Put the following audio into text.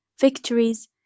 victories